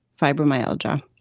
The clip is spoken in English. fibromyalgia